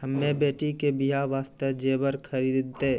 हम्मे बेटी के बियाह वास्ते जेबर खरीदे